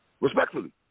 Respectfully